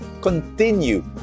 continue